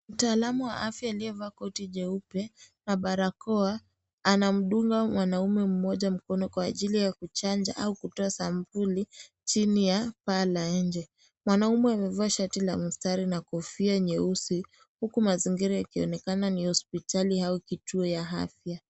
Mtaalamu wa afya aliyevaa koti jeupe na barakoa anamdunga mwanaume mmoja mkono kwa ajili ya kuchanja au kutoa sampuli chini ya paa la nje. Mwanaume amevaa shati la mistari na kofia nyeusi, huku mazingira ikionekana ni ya hospitali au kituo ya afya.